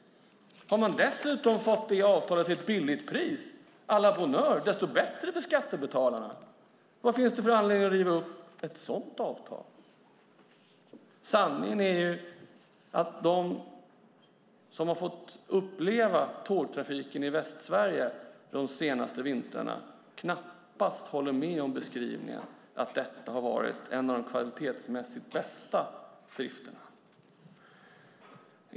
Har man dessutom fått det avtalet till ett billigt pris - à la bonheur! Desto bättre för skattebetalarna. Vad finns det för anledning att riva upp ett sådant avtal? Sanningen är att de som har fått uppleva tågtrafiken i Västsverige de senaste vintrarna knappast håller med om beskrivningen att detta har varit en av de kvalitetsmässigt bästa drifterna.